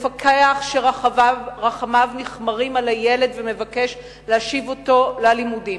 מפקח שרחמיו נכמרים על הילד ומבקש להשיב אותו ללימודים.